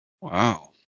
Wow